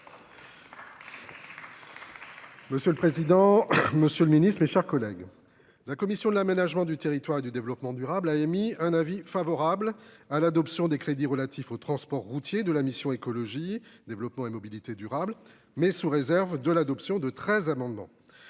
Monsieur le président, monsieur le ministre, mes chers collègues, la commission de l'aménagement du territoire et du développement durable a émis un avis favorable sur l'adoption des crédits relatifs aux transports routiers de la mission « Écologie, développement et mobilité durables », sous réserve de l'adoption de treize amendements.